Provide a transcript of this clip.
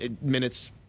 minutes